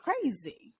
crazy